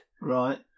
Right